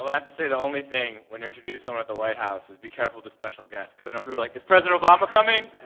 have to say the only thing when you introduce someone at the white house is be careful of the special guest. because people are, like, is president obama coming?